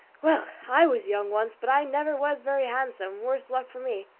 well! i was young once, but i never was very handsome worse luck for me.